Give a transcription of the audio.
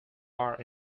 are